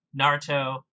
Naruto